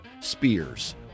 spears